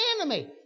enemy